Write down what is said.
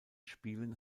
spielen